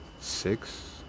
six